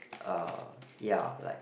uh ya like